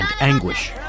anguish